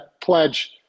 pledge